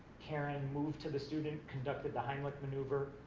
karen moved to the student, conducted the heimlich maneuver,